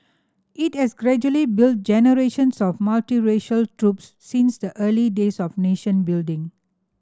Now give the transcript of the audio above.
it has gradually built generations of multiracial troops since the early days of nation building